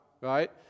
right